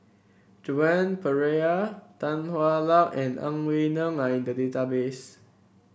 Joan Pereira Tan Hwa Luck and Ang Wei Neng are in the database